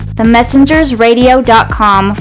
themessengersradio.com